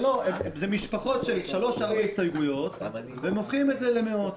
אלו משפחות של שלוש-ארבע הסתייגויות והם הופכים את זה למאות.